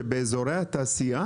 שבאזורי התעשייה,